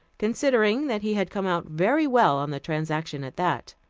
considering that he had come out very well on the transaction at that.